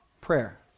prayer